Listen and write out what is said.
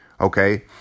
okay